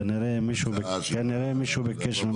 כנראה מישהו ביקש ממך.